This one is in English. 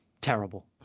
Terrible